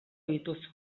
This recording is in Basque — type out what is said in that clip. dituzu